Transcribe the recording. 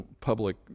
public